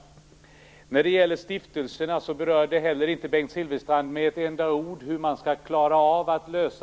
Inte heller när det gäller stiftelserna berörde Bengt Silfverstrand med ett enda ord hur